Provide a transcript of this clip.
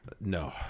No